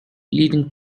leading